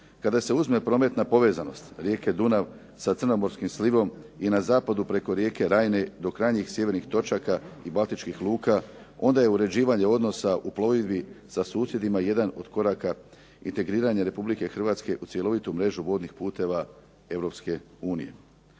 Kada se uzme prometna povezanost rijeke Dunav sa Crnomorskim slivom i na zapadu preko rijeke Rajne do krajnjih sjevernih točaka i Baltičkih luka, onda je uređivanje odnosa u plovidbi sa susjedima jedan od koraka integriranja Republike Hrvatske u cjelovitu mrežu vodnih puteva